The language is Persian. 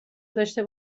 داشته